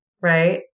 right